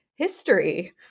history